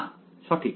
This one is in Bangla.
না সঠিক